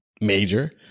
major